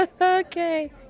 Okay